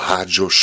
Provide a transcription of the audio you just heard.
Rádio